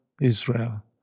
Israel